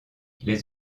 les